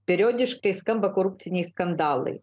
periodiškai skamba korupciniai skandalai